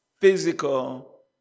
physical